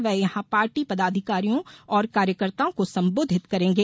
वे यहां पार्टी पदाधिकारियों और कार्यकर्ताओं को संबोधित करेंगे